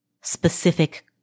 specific